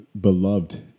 beloved